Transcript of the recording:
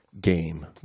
game